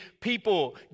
people